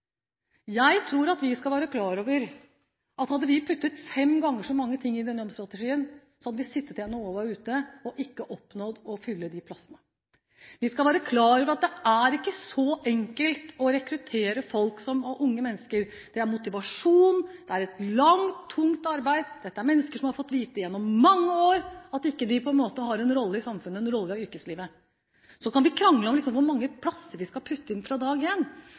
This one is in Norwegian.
Vi skal være klar over at hadde vi puttet fem ganger så mange ting inn i denne jobbstrategien, hadde vi, når året var omme, sittet igjen med ikke å ha oppnådd å fylle disse tiltaksplassene. Det er ikke så enkelt å rekruttere folk, heller ikke unge mennesker. Det handler om motivasjon. Det er et langvarig, tungt arbeid. Dette er mennesker som gjennom mange år har fått vite at de på en måte ikke har en rolle i samfunnet, ikke har en rolle i yrkeslivet. Så kan vi krangle om hvor mange tiltaksplasser vi skal sette inn fra dag